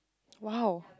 !wow!